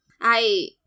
I-